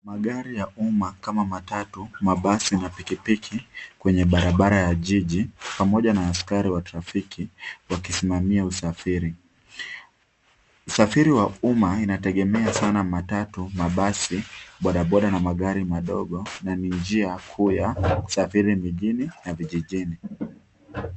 Magari ya umma kama matatu, mabasi na pikipiki kwenye barabara ya jiji pamoja na askari wa trafiki wakisimamia usafiri. Usafiri wa umma inategemea sana matatu, mabasi, bodaboda na magari madogo na ni njia kuu ya kusafiri mijini na vijijini.